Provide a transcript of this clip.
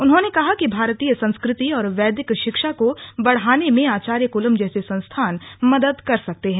उन्होंने कहा कि भारतीय संस्कृति और वैदिक शिक्षा को बढ़ाने में आचार्य कुलम जैसे संस्थान मदद कर सकते हैं